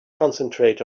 concentrate